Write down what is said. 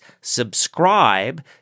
subscribe